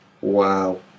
wow